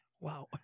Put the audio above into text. wow